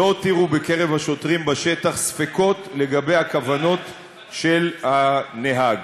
לא הותירה בקרב השוטרים בשטח ספקות לגבי הכוונות של הנהג.